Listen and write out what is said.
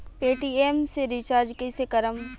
Paytm से recharge कईसे करम?